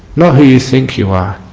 not who you think you are